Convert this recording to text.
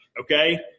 okay